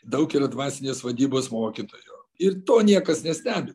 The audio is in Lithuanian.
daug yra dvasinės vadybos mokytojų ir to niekas nestebi